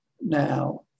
now